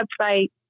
website